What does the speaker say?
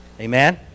Amen